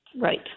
Right